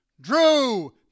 Drew